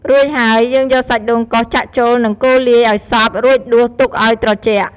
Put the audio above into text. រួចហើយ យើងយកសាច់ដូងកោសចាក់ចូល និងកូរលាយឱ្យសព្វ រួចដួសទុកឱ្យត្រជាក់។